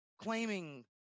claiming